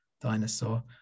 dinosaur